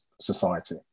society